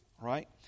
Right